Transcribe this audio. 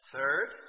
Third，